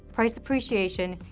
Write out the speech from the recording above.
price appreciation,